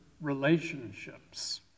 relationships